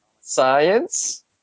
science